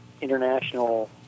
international